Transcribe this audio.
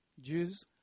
Jews